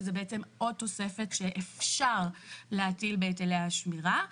שזה בעצם עוד תוספת שאפשר להטיל בהיטלי השמירה.